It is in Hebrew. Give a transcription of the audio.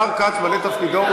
השר כץ ממלא את תפקידו.